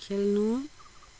खेल्नु